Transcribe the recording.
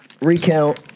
recount